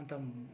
अन्त